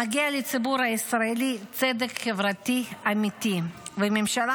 מגיע לציבור הישראלי צדק חברתי אמיתי וממשלה